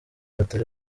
batari